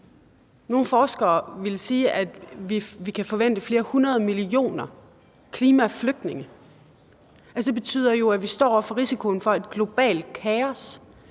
Nogle forskere ville sige, at vi kan forvente flere hundrede millioner klimaflygtninge. Det betyder jo, at vi står over for risikoen for et globalt kaos,